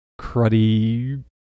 cruddy